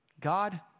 God